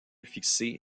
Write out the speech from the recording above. fixé